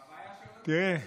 הבעיה, למשמר העמק.